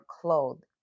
clothed